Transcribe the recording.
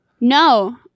No